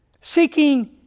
seeking